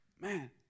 Man